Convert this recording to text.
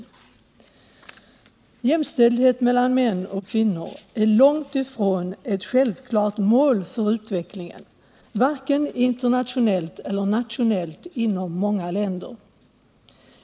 Jämställdhet mellan män och kvinnor är långt ifrån ett självklart mål för utvecklingen, både internationellt och nationellt inom många länder.